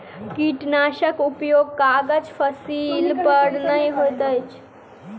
कीटनाशकक उपयोग लागल फसील पर नै होइत अछि